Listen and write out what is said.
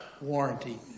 warranty